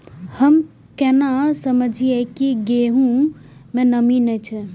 हम केना समझये की गेहूं में नमी ने छे?